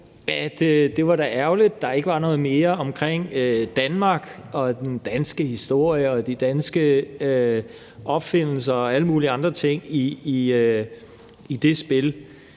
det da var ærgerligt, at der ikke var noget mere om Danmark, den danske historie, de danske opfindelser og alle mulige andre ting i det spil.